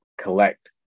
collect